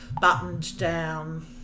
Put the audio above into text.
buttoned-down